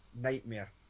nightmare